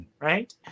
right